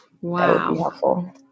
Wow